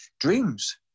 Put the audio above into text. dreams